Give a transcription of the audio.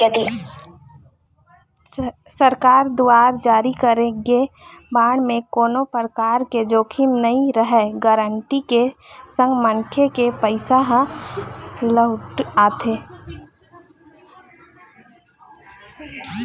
सरकार दुवार जारी करे गे बांड म कोनो परकार के जोखिम नइ रहय गांरटी के संग मनखे के पइसा ह लहूट आथे